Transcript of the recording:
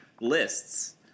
lists